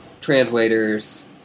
translators